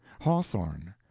hawthorne,